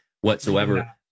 whatsoever